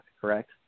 correct